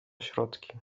środki